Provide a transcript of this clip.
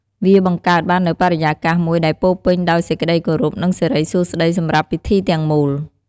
វាបង្កើតបាននូវបរិយាកាសមួយដែលពោរពេញដោយសេចក្តីគោរព និងសិរីសួស្តីសម្រាប់ពិធីទាំងមូល។